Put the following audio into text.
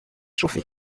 chauffée